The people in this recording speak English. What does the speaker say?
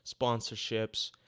sponsorships